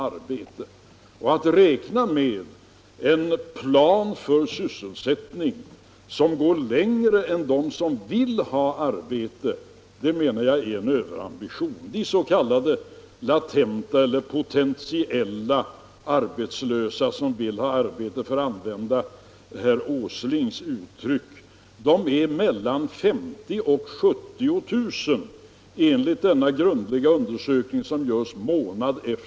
Att använda en plan för sysselsättning som inbegriper flera än dem som vill ha ett arbete menar jag är en överambition. De s.k. latent arbetslösa — eller potentiellt arbetslösa, för att använda herr Åslings uttryck —- som vill ha ett arbete är mellan 50 000 och 70 000 personer enligt denna grundliga arbetskraftsundersökning som görs månatligen.